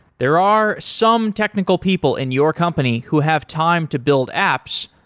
there are some technical people in your company who have time to build apps,